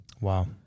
Wow